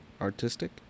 Artistic